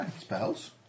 spells